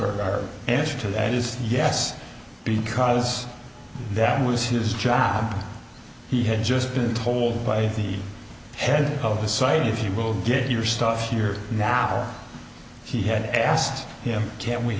or answer to that is yes because that was his job he had just been told by the head of the site if he will get your stuff here now he had asked him can we